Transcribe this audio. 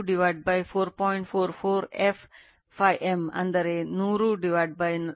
44 f m ಅಂದರೆ 100 4